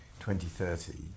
2030